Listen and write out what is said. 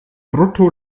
brutto